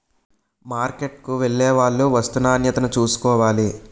మార్కెట్కు వెళ్లేవాళ్లు వస్తూ నాణ్యతను చూసుకోవాలి